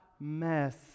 mess